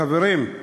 חברים,